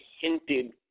hinted